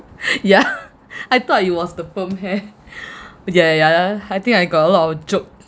yeah I thought it was the perm hair but ya ya yeah I think I got a lot of joke